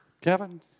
Kevin